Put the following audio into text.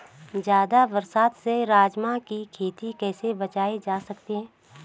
ज़्यादा बरसात से राजमा की खेती कैसी बचायी जा सकती है?